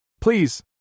Please